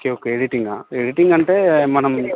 okay okay ఎడిటింగా editing అంటే మనం